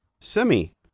semi